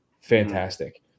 fantastic